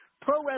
Pro